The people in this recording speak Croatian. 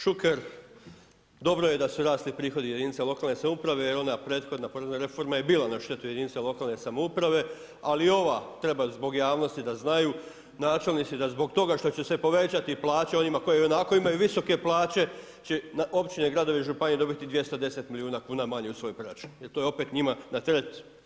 Kolega Šuker, dobro je da su rasli prihodi od jedinica lokalne samouprave jer ona prethodna porezna reforma je bila na štetu jedinice lokalne samouprave, ali ova treba zbog javnosti da znaju načelnici da zbog toga što će se povećati plaće onima koji ionako imaju visoke plaće će na općine, gradove i županije dobiti 210 milijuna kuna manje u svoj proračun jer to je opet njima na teret.